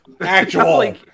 Actual